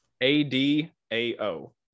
A-D-A-O